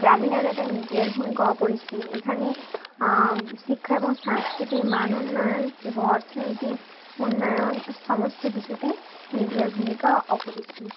গ্রামীণ এলাকায় মিডিয়ার ভূমিকা অপরিসীম এখানে শিক্ষা এবং সংস্কৃতির মান উন্নয়ন এবং অর্থনৈতিক উন্নয়ন সমস্ত কিছুতে মিডিয়ার ভূমিকা অপরিসীম